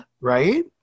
Right